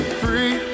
free